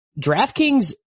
DraftKings